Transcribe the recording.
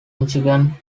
michigan